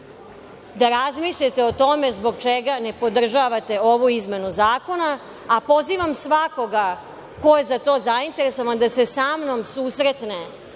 da razmilite o tome zbog čega ne podržavate ovu izmenu zakona, a pozivam svakog ko je za to zainteresovan da se sa mnom susretne,